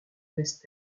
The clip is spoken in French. west